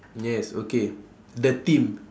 yes okay the theme